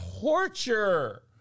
Torture